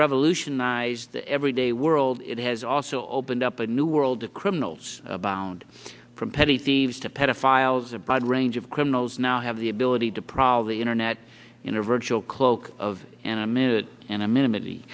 revolutionized the everyday world it has also opened up a new world of criminals abound from petty thieves to pedophiles a broad range of criminals now have the ability to probably internet in a virtual cloak of anonymity and i mini